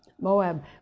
Moab